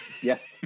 yes